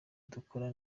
dukora